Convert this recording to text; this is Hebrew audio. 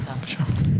בבקשה.